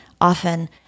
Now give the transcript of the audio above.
often